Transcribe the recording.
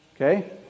Okay